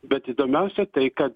bet įdomiausia tai kad